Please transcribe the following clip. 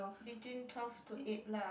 between twelve to eight lah